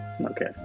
Okay